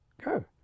go